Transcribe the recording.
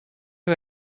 who